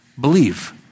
believe